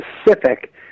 specific